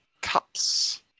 cups